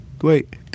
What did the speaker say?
wait